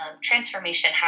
transformation